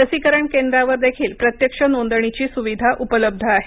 लसीकरण केंद्रावर देखील प्रत्यक्ष नोंदणीची सुविधा उपलब्ध आहे